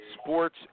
sports